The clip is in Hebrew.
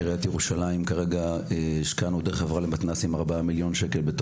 שהשקענו כרגע 4 מיליון שקלים בעיריית ירושלים דרך החברה למתנ"סים,